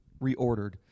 reordered